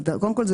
קודם כל,